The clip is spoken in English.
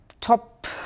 top